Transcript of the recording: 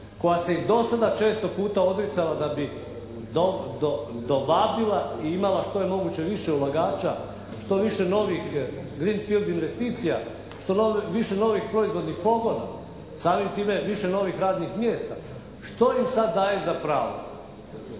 koja se i do sada često puta odricala da bi dovabila i imala što je moguće više ulagača, što više novih greenfield investicija, što više novih proizvodnih pogona. Samim time više novih radnih mjesta. Što im sad daje za pravo